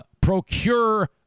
procure